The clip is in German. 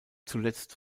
zuletzt